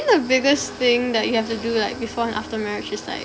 the biggest thing that you have to do like before and after marriage is like